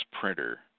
printer